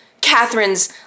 Catherine's